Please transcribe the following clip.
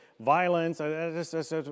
violence